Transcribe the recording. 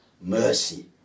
mercy